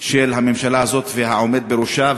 של הממשלה הזאת והעומד בראשה.